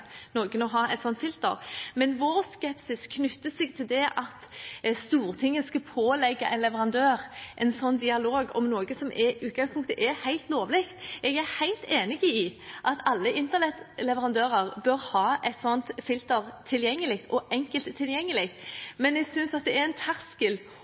noen som skal pålegge noen å ha et slikt filter, men vår skepsis knytter seg til at Stortinget skal pålegge en leverandør en slik dialog om noe som i utgangspunktet er helt lovlig. Jeg er helt enig i at alle internettleverandører bør ha et slikt filter enkelt tilgjengelig,